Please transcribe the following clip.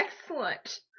excellent